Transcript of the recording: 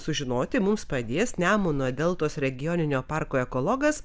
sužinoti mums padės nemuno deltos regioninio parko ekologas